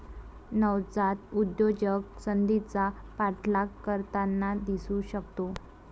नवजात उद्योजक संधीचा पाठलाग करताना दिसू शकतो